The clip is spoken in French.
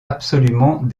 absolument